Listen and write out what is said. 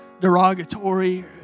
derogatory